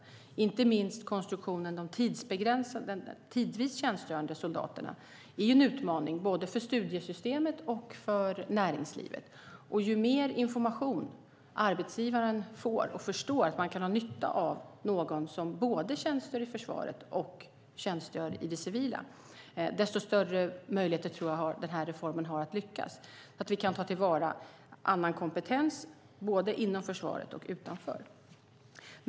Det gäller inte minst konstruktionen med de tidvis tjänstgörande soldaterna. Det är en utmaning både för studiesystemet och för näringslivet. Ju mer information arbetsgivaren får och förstår att man kan ha nytta av någon som både tjänstgör i försvaret och tjänstgör i det civila, desto större möjligheter har reformen att lyckas så att vi kan ta till vara annan kompetens både inom försvaret och utanför.